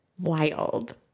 Wild